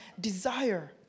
desire